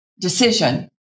decision